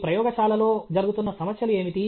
మీ ప్రయోగశాలలో జరుగుతున్న సమస్యలు ఏమిటి